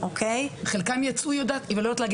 כמה ילדים יש בגיל